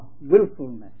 willfulness